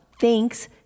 thanks